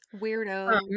Weirdo